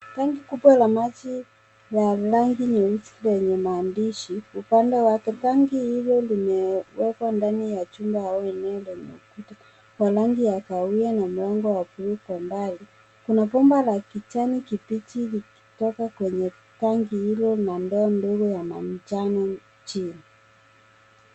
Tanki kubwa la maji ya rangi nyeusi lenye maandishi upande wake. Tanki hilo limewekwa ndani ya chumba au eneo lenye ukuta, kwa rangi ya kahawia na mlango wa bluu kwa mbali. Kuna bomba la kijani kibichi likitoka kwenye tanki hilo na ndoo ndogo ya manjano chini.